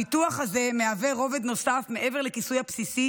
הביטוח הזה מהווה רובד נוסף מעבר לכיסוי הבסיסי